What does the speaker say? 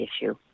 issue